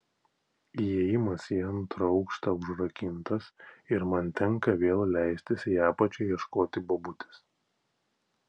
įėjimas į antrą aukštą užrakintas ir man tenka vėl leistis į apačią ieškoti bobutės